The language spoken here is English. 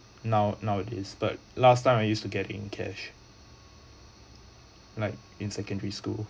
now nowadays but last time I used to get in cash like in secondary school